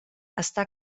està